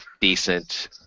decent